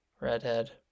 Redhead